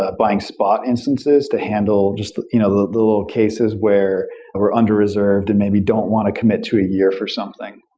ah blank spot instances to handle just you know the the little cases where we're under reserved and maybe don't want to commit to a year for something.